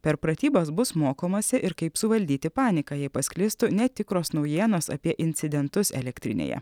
per pratybas bus mokomasi ir kaip suvaldyti paniką jei pasklistų netikros naujienos apie incidentus elektrinėje